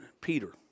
Peter